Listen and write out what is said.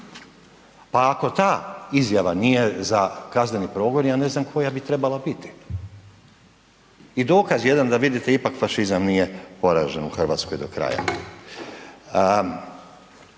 Pa ako ta izjava nije za kazneni progon ja ne znam koja bi trebala biti i dokaz jedan da vidite ipak fašizam nije poražen u Hrvatskoj do kraja.